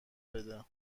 بده